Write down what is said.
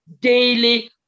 daily